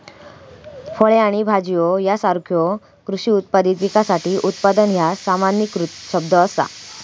फळे आणि भाज्यो यासारख्यो कृषी उत्पादित पिकासाठी उत्पादन ह्या सामान्यीकृत शब्द असा